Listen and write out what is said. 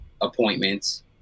appointments